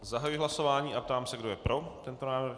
Zahajuji hlasování a ptám se, kdo je pro tento návrh?